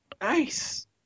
Nice